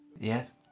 Yes